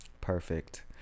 Perfect